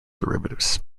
derivatives